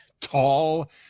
tall